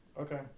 Okay